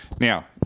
Now